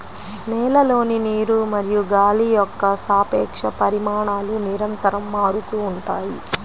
నేలలోని నీరు మరియు గాలి యొక్క సాపేక్ష పరిమాణాలు నిరంతరం మారుతూ ఉంటాయి